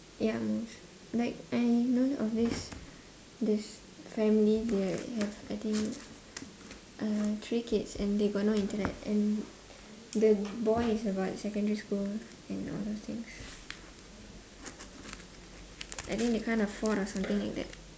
yeah like I know of this this family they have I think uh three kids and they got no internet and the boy is about secondary school and all those things I think they can't afford or something like that